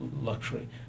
luxury